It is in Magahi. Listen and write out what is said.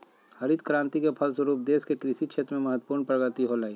हरित क्रान्ति के फलस्वरूप देश के कृषि क्षेत्र में महत्वपूर्ण प्रगति होलय